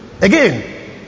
Again